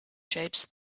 shapes